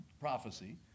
prophecy